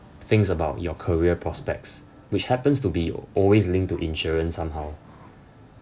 things about your career prospects which happens to be always linked to insurance somehow